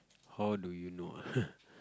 how do you know